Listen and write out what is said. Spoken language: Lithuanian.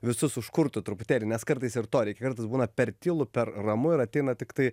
visus užkurtų truputėlį nes kartais ir to reikia kartais būna per tylu per ramu ir ateina tiktai